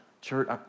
Church